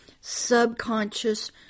subconscious